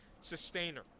sustainer